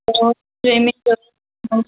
ਹੋਰ ਸਵੀਮਿੰਗ